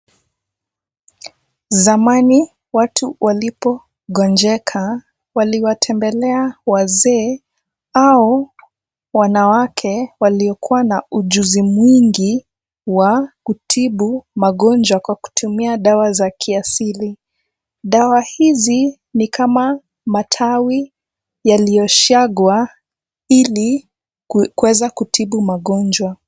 Zamani watu walipogonjeka waliwatembelea wazee au wanawake waliokuwa na ujuzi mwingi wa kutibu magonjwa kwa kutumia dawa za kiasili. Dawa hizi ni kama matawi yaliyoshagwa ili kuweze kutibu magonjwa.